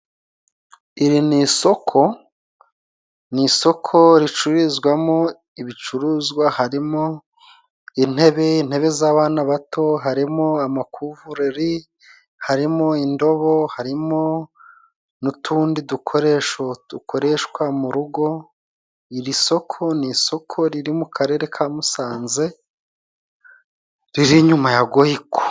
Iri ni isoko ni isoko ricururizwamo ibicuruzwa harimo intebe, intebe z'abana bato ,harimo amakuvureri, harimo indobo, harimo n'utundi dukoresho dukoreshwa mu rugo iri soko ni isoko riri mu karere ka Musanze riri inyuma ya goyiko.